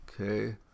okay